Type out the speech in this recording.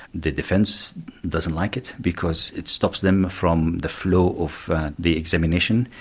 the defence doesn't like it because it stops them from the flow of the examination.